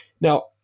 Now